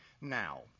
Now